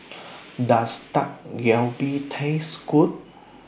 Does Dak Galbi Taste Good